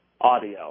audio